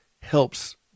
helps